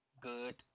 good